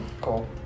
Cool